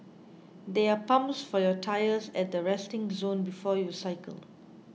there are pumps for your tyres at the resting zone before you cycle